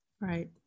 Right